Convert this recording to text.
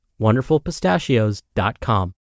wonderfulpistachios.com